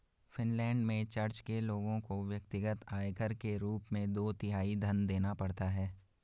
Finland में church के लोगों को व्यक्तिगत आयकर के रूप में दो तिहाई धन देना पड़ता है